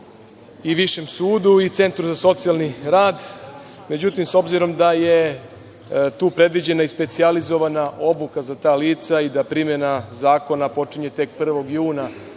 i višem sudu i centru za socijalni rad. Međutim, s obzirom da je tu predviđena i specijalizovana obuka za ta lica i da primena zakona počinje tek 1. juna